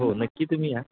हो नक्की तुम्ही या